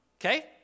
Okay